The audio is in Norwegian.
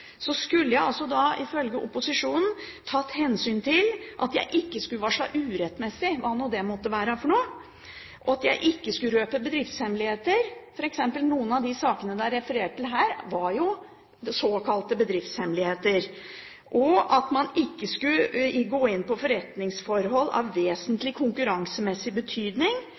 skulle jeg da ifølge opposisjonen tatt hensyn til at jeg ikke skulle varsle «urettmessig» – hva nå det måtte være for noe – og at jeg ikke skulle «røpe bedriftshemmeligheter», f.eks. var noen av de sakene det er referert til her, såkalte bedriftshemmeligheter. Man skal ikke gå inn på «forretningsforhold av vesentlig konkurransemessig betydning»,